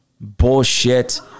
bullshit